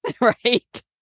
Right